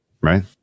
right